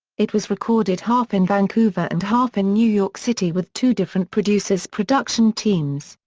it was recorded half in vancouver and half in new york city with two different producers production teams,